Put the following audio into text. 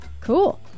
Cool